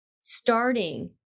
starting